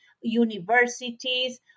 universities